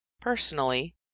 personally